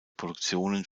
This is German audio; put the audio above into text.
produktionen